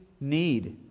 need